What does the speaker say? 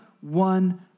one